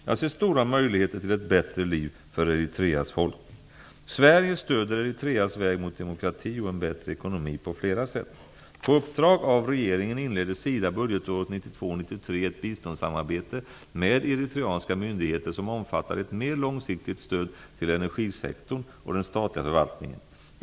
Jag ser stora möjligheter till ett bättre liv för Sverige stöder Eritreas väg mot demokrati och en bättre ekonomi på flera sätt. På uppdrag av regeringen inledde SIDA budgetåret 1992/93 ett biståndssamarbete med eritreanska myndigheter som omfattar ett mer långsiktigt stöd till energisektorn och den statliga förvaltningen.